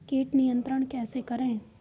कीट नियंत्रण कैसे करें?